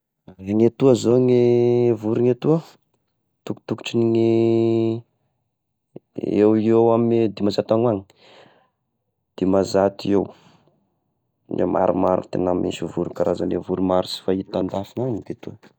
Raha ny etoa zao ny vorogna eto tokotokotry ny eo eo amy dimazato agny ho agny, dimazato eo, ny marimaro tegna misy voro karazagny voro maro sy fahita an-dafy agny teto.